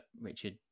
Richard